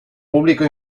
público